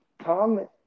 Tom